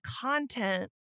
content